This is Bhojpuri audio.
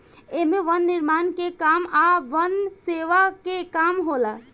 एमे वन निर्माण के काम आ वन सेवा के काम होला